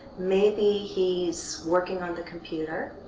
maybe he's working on the computer.